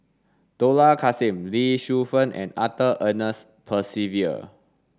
Dollah Kassim Lee Shu Fen and Arthur Ernest Percival